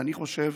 ואני חושב